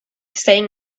saying